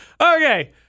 okay